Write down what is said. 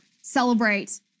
celebrate